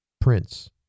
prince